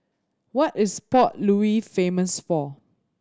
what is Port Louis famous for